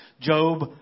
Job